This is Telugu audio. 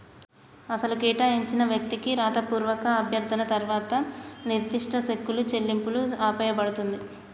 అసలు కేటాయించిన వ్యక్తికి రాతపూర్వక అభ్యర్థన తర్వాత నిర్దిష్ట సెక్కులు చెల్లింపులు ఆపేయబడుతుంది